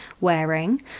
wearing